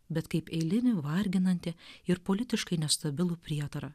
bet kaip eilinį varginantį ir politiškai nestabilų prietarą